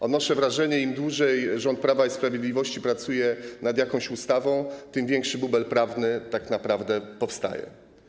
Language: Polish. Odnoszę wrażenie, że im dłużej rząd Prawa i Sprawiedliwości pracuje nad jakąś ustawą, to tym większy bubel prawny tak naprawdę powstaje.